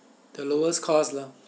the lowest cost lah